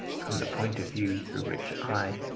from the point of view through which i,